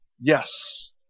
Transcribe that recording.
Yes